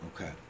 okay